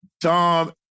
Tom